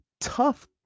tough